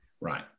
Right